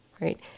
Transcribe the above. right